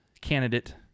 candidate